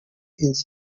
inzu